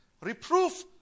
reproof